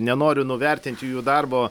nenoriu nuvertinti jų darbo